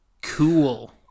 cool